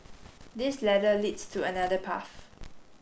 this ladder leads to another path